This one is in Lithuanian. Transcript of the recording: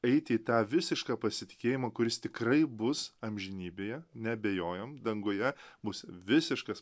eiti į tą visišką pasitikėjimą kuris tikrai bus amžinybėje neabejojam danguje bus visiškas